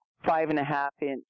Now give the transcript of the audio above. Five-and-a-half-inch